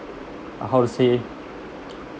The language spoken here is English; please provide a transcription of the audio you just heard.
uh how to say